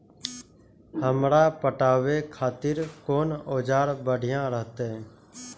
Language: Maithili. हमरा पटावे खातिर कोन औजार बढ़िया रहते?